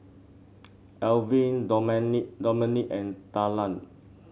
Alwine Dominic Dominic and Talan